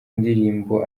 indirimbo